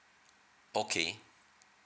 okay